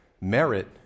merit